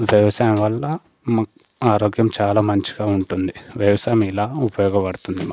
వ్యవసాయం వల్ల మాకు ఆరోగ్యం చాలా మంచిగా ఉంటుంది వ్యవసాయం ఇలా ఉపయోగపడుతుంది మాకు